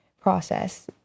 process